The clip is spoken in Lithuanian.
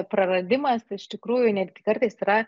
praradimas iš tikrųjų netgi kartais yra